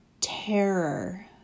terror